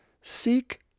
Seek